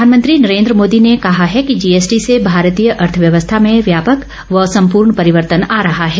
प्रधानमंत्री नरेन्द्र मोदी ने कहा है कि जीएसटी से भारतीय अर्थव्यवस्था में व्यापक व संपूर्ण परिवर्तन आ रहा है